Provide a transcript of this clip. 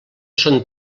son